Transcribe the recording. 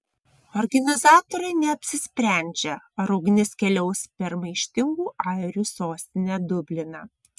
organizatoriai neapsisprendžia ar ugnis keliaus per maištingų airių sostinę dubliną